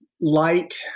light